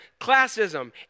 classism